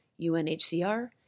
UNHCR